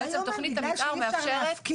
בעצם תכנית המתאר מאפשרת --- זה לא יאומן,